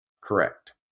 Correct